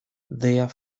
their